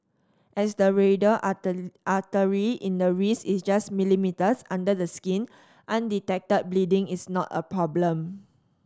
as the radial artery in the wrist is just millimetres under the skin undetected bleeding is not a problem